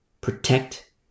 protect